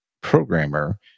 programmer